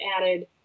added